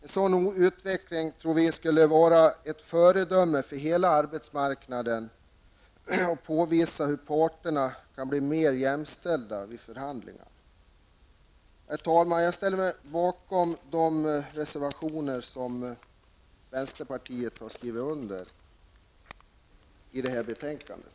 En sådan utveckling tror vi skulle vara ett föredöme för hela arbetsmarknaden och påvisa hur parterna kan bli mer jämställda vid förhandlingar. Herr talman! Jag ställer mig bakom de reservationer som vänsterpartiet har skrivit under i det här betänkandet.